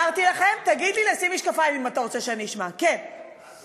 את רוצה בחירות כמו בארצות-הברית?